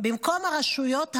במקום הרשויות המקומיות,